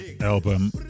album